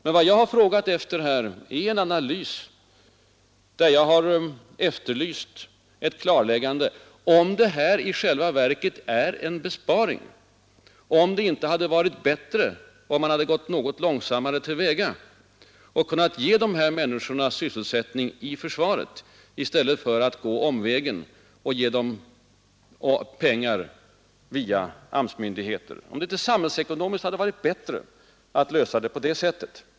Men vad jag här har efterlyst är ett klarläggande av om och i vad mån besluten i själva verket leder till besparingar, om det inte hade varit bättre ifall man hade handlat något försiktigare och kunnat ge dessa människor sysselsättning i försvaret i stället för att gå omvägen och ge dem jobb via AMS. Hade det inte samhällsekonomiskt varit bättre att göra på det sättet?